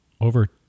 over